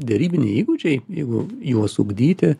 derybiniai įgūdžiai jeigu juos ugdyti